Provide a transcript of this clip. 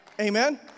Amen